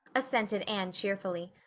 assented anne cheerfully.